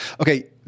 Okay